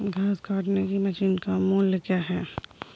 घास काटने की मशीन का मूल्य क्या है?